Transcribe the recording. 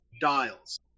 dials